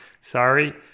Sorry